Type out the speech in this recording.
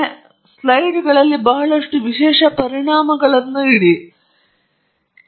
ಆದ್ದರಿಂದ ಈ ಸ್ಲೈಡ್ನಲ್ಲಿ ಬಹಳಷ್ಟು ವಿಶೇಷ ಪರಿಣಾಮಗಳಿವೆ